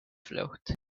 float